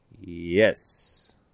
Yes